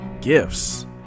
gifts